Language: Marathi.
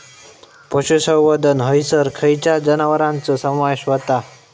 पशुसंवर्धन हैसर खैयच्या जनावरांचो समावेश व्हता?